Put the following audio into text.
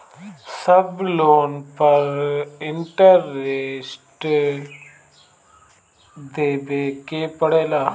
सब लोन पर इन्टरेस्ट देवे के पड़ेला?